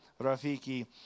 Rafiki